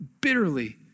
bitterly